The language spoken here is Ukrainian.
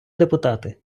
депутати